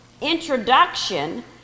introduction